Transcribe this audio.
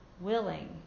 willing